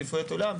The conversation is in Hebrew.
אליפויות עולם,